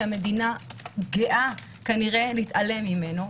שכנראה המדינה גאה להתעלם ממנו,